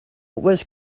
was